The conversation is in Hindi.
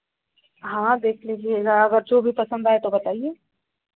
हाँ हाँ देख लीजिएगा अगर जो भी पसंद आए तो बताइए